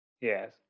Yes